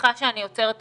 סליחה שאני עוצרת אותך,